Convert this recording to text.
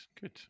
good